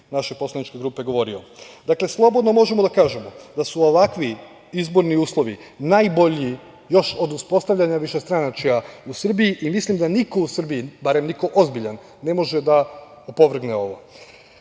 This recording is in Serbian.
naše poslaničke grupe govorio. Dakle, slobodno možemo da kažemo da su ovakvi izborni uslovi najbolji još od uspostavljanja višestranačja u Srbiji. Mislim da niko u Srbiji, barem niko ozbiljan ne može da opovrgne ovo. Mi